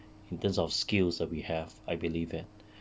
in terms of skills that we have I believe it